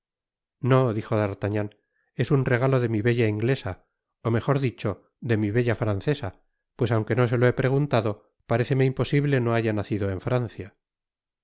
no dijo d'artagnan es un regalo de mi bella inglesa ó mejor dicho de mi bella francesa pues aunque no se lo he preguntado paréceme imposible no baya nacido en francia